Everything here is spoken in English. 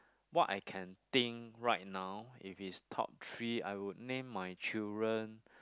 what I can think right now if it's top three I would name my children